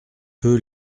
peu